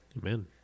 Amen